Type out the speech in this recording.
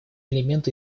элемент